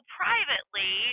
privately